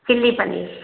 chilli paneer